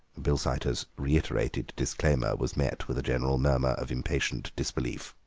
bilsiter's reiterated disclaimer was met with a general murmur of impatient disbelief.